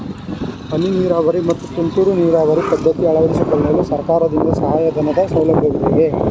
ಹನಿ ನೀರಾವರಿ ಮತ್ತು ತುಂತುರು ನೀರಾವರಿ ಪದ್ಧತಿ ಅಳವಡಿಸಿಕೊಳ್ಳಲು ಸರ್ಕಾರದಿಂದ ಸಹಾಯಧನದ ಸೌಲಭ್ಯವಿದೆಯೇ?